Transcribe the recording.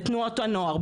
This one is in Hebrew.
בתנועות הנוער,